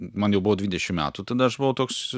man jau buvo dvidešim metų tada aš buvau toks